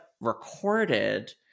recorded